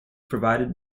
provided